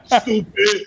Stupid